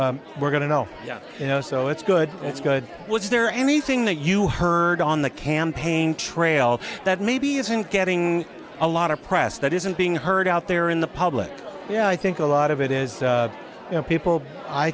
we're going to know you know so it's good it's good was there anything that you heard on the campaign trail that maybe isn't getting a lot of press that isn't being heard out there in the public yeah i think a lot of it is you know people i